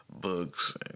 books